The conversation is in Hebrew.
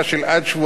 בצו מינהלי,